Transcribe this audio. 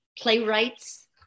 Playwrights